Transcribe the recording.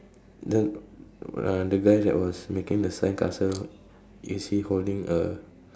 then uh the guy that was making the sandcastle is he holding a